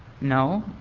No